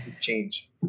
change